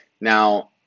Now